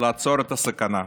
לעצור את הסכנה,